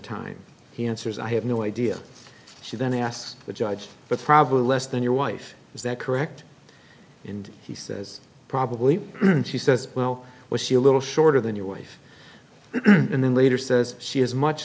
time he answers i have no idea she then asked the judge but probably less than your wife is that correct and he says probably she says well was she a little shorter than your wife and then later says she is much